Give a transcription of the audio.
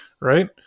right